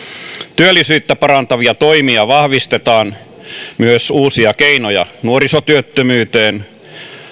työllisyyttä parantavia toimia vahvistetaan tehdään myös uusia keinoja nuorisotyöttömyyteen